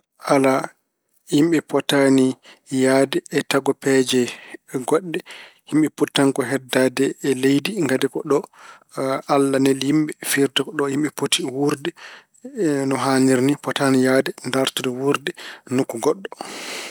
Alaa, yimɓe potaani e yahde e tagopeeje goɗɗe. Yimɓe poti tan ko heddaade e leydi ngati ko ɗo Allah neli yimɓe. Firti ko ɗo yimɓe poti wuurde no haaniri ni, potaani yahde ndaardude wuurde nokku goɗɗo.